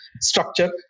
structure